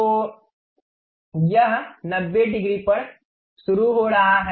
तो यह 90 डिग्री पर शुरू हो रहा है